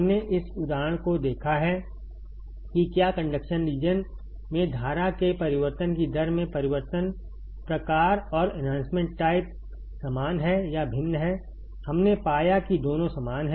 हमने एक उदाहरण देखा है कि क्या कंडक्शन रीजन में धारा के परिवर्तन की दर में परिवर्तन प्रकार और एन्हांसमेंट टाइप समान है या भिन्न है हमने पाया कि दोनों समान हैं